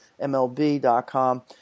MLB.com